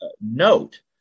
note